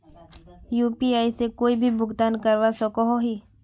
UPI से कोई भी भुगतान करवा सकोहो ही?